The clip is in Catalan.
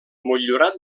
motllurat